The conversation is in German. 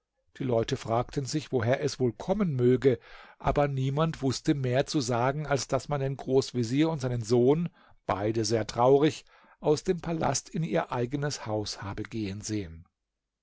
die leute fragten sich woher es wohl kommen möge aber niemand wußte mehr zu sagen als daß man den großvezier und seinen sohn beide sehr traurig aus dem palast in ihr eigenes haus habe gehen sehen